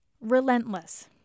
Relentless